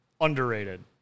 Underrated